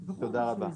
תודה רבה.